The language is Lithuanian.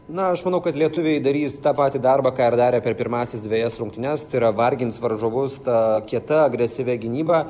na aš manau kad lietuviai darys tą patį darbą ką ir darė per pirmąsias dvejas rungtynes tai yra vargins varžovus ta kieta agresyvia gynyba